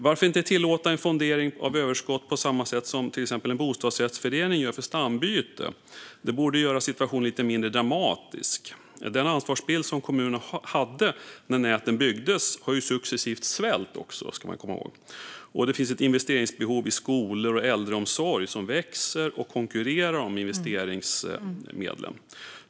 Varför inte tillåta en fondering av överskott på samma sätt som till exempel en bostadsrättsförening gör för stambyte? Det borde göra situationen lite mindre dramatisk. Den ansvarsbild som kommunerna hade när näten byggdes har successivt svällt, ska man komma ihåg, och det finns ett investeringsbehov i skolor och äldreomsorg som växer och konkurrerar om investeringsmedlen.